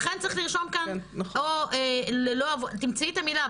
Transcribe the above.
לכן צריך לרשום כאן, תמצאי את המילה.